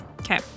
Okay